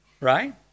Right